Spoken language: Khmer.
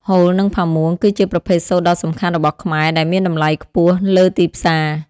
ហូល និង ផាមួង គឺជាប្រភេទសូត្រដ៏សំខាន់របស់ខ្មែរ ដែលមានតម្លៃខ្ពស់លើទីផ្សារ។